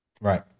Right